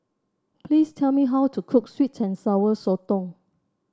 please tell me how to cook sweet and Sour Sotong